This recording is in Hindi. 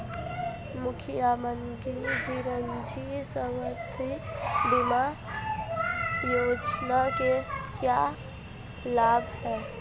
मुख्यमंत्री चिरंजी स्वास्थ्य बीमा योजना के क्या लाभ हैं?